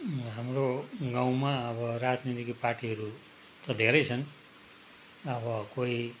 हाम्रो गाउँमा अब राजनीतिक पार्टीहरू त धेरै छन् अब कोही